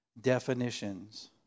definitions